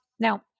Now